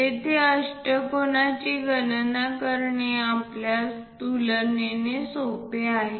तेथून अष्टकोनाची गणना करणे आपल्यास तुलनेने सोपे आहे